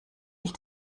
ich